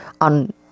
on